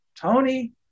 Tony